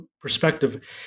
perspective